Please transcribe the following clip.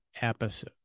episode